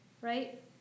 right